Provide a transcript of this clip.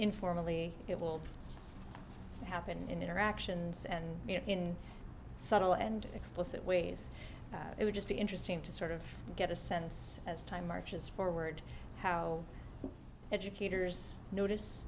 informally it will it happened in interactions and in subtle and explicit ways it would just be interesting to sort of get a sense as time marches forward how educators notice